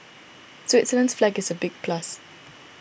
Switzerland's flag is a big plus